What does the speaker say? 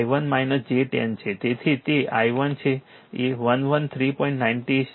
તેથી તે i1 છે 113